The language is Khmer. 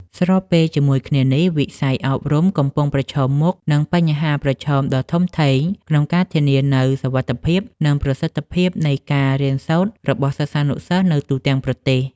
ស្របពេលជាមួយគ្នានេះ វិស័យអប់រំក៏កំពុងប្រឈមមុខនឹងបញ្ហាប្រឈមដ៏ធំធេងក្នុងការធានានូវសុវត្ថិភាព និងប្រសិទ្ធភាពនៃការរៀនសូត្ររបស់សិស្សានុសិស្សនៅទូទាំងប្រទេស។